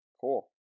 Cool